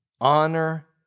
honor